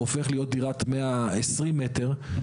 וזה הופך להיות דירת 120 מ"ר,